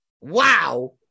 wow